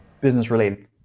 business-related